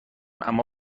اما